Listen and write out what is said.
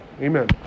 Amen